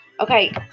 Okay